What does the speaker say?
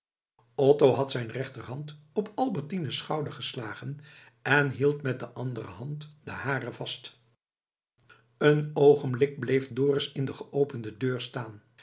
otto had zijn rechterhand op albertines schouder geslagen en hield met de andere hand de hare vast een oogenblik bleef dorus in de geopende deur staan